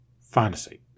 fantasy